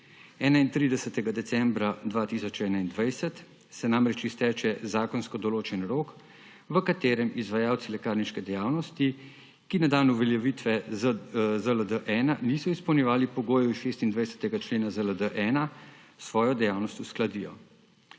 31. decembra 2021 se namreč izteče zakonsko določen rok, v katerem izvajalci lekarniške dejavnosti, ki na dan uveljavitve ZLD-1 niso izpolnjevali pogojev iz 26. člena ZLD-1, svojo dejavnost uskladijo.